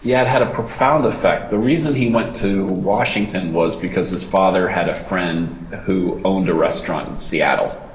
yeah had had a profound effect. the reason he went to washington was because his father had a friend who owned a restaurant in seattle.